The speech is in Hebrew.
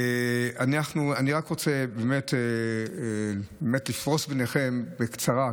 אני רק רוצה לפרוס בפניכם בקצרה,